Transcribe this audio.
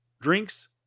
drinks